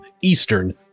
Eastern